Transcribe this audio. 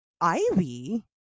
ivy